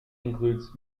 includes